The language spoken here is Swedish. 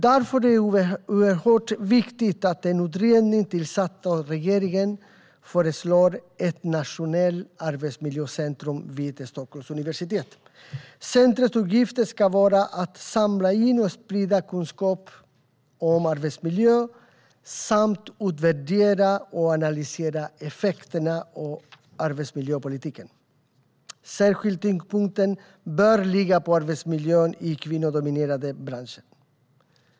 Därför är det oerhört viktigt att en utredning tillsatt av regeringen föreslår ett nationellt arbetsmiljöcentrum vid Stockholms universitet. Centrumets uppgift ska vara att samla in och sprida kunskap om arbetsmiljö samt utvärdera och analysera effekterna av arbetsmiljöpolitiken. Särskild tyngdpunkt bör ligga på arbetsmiljön i kvinnodominerade branscher.